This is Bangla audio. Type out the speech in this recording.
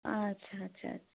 আচ্ছা আচ্ছা আচ্ছা